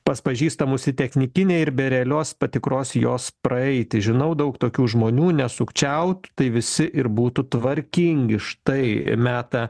pas pažįstamus į technikinę ir be realios patikros jos praeiti žinau daug tokių žmonių nesukčiautų tai visi ir būtų tvarkingi štai meta